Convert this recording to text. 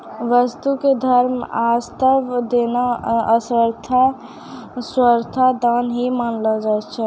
वस्तु क धर्म वास्तअ देना सर्वथा दान ही मानलो जाय छै